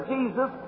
Jesus